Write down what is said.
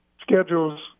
schedules